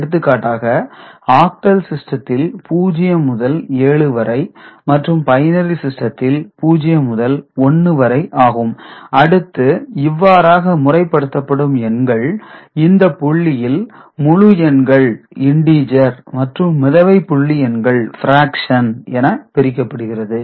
எடுத்துக்காட்டாக ஆக்டல் சிஸ்டத்தில் 0 முதல் 7 வரை மற்றும் பைனரி சிஸ்டத்தில் 0 முதல் 1 வரை ஆகும் அடுத்து இவ்வாறாக முறை படுத்தப்படும் எண்கள் இந்த புள்ளியில் முழு எண்கள்இண்டீஜர் மற்றும் மிதவை புள்ளி எண்கள் பிராக்சன் என பிரிக்கப்படுகிறது